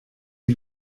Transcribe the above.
die